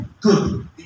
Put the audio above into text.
good